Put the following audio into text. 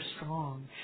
strong